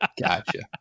Gotcha